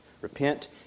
Repent